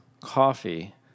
coffee